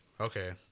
Okay